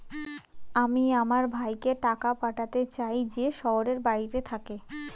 আমি আমার ভাইকে টাকা পাঠাতে চাই যে শহরের বাইরে থাকে